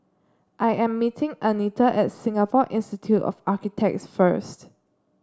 I am meeting Anita at Singapore Institute of Architects first